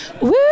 Woo